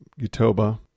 Utoba